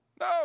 No